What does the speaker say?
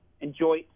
enjoy